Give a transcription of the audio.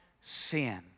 sin